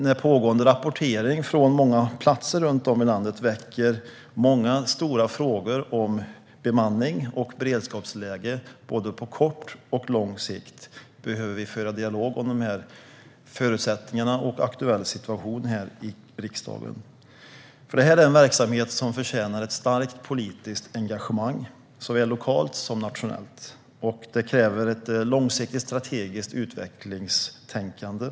När pågående rapportering från många platser runt om i landet väcker stora frågor om bemanning och beredskapsläge på både kort och lång sikt behöver vi föra dialog i riksdagen om förutsättningarna och den aktuella situationen. Det här är en verksamhet som förtjänar ett starkt politiskt engagemang såväl lokalt som nationellt, och det kräver ett långsiktigt strategiskt utvecklingstänkande.